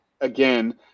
again